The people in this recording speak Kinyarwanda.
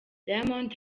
diamond